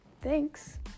Thanks